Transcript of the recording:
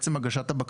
בעצם הגשת הבקשות.